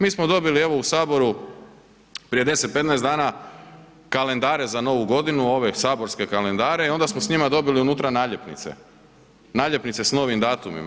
Mi smo dobili evo u Saboru prije 10, 15 dana kalendare za Novu godinu, ove saborske kalendare i onda smo s njima dobili unutra naljepnice, naljepnice s novim datumima.